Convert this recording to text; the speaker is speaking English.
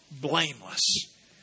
blameless